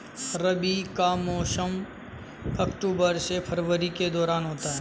रबी का मौसम अक्टूबर से फरवरी के दौरान होता है